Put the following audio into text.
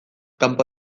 kanpo